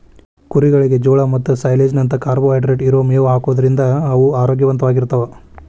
ಕುರಿಗಳಿಗೆ ಜೋಳ ಮತ್ತ ಸೈಲೇಜ್ ನಂತ ಕಾರ್ಬೋಹೈಡ್ರೇಟ್ ಇರೋ ಮೇವ್ ಹಾಕೋದ್ರಿಂದ ಅವು ಆರೋಗ್ಯವಂತವಾಗಿರ್ತಾವ